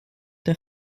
der